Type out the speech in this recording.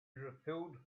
refilled